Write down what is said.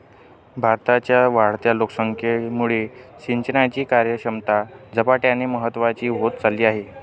भारताच्या वाढत्या लोकसंख्येमुळे सिंचनाची कार्यक्षमता झपाट्याने महत्वाची होत चालली आहे